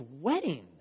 wedding